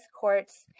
courts